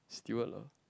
steward lor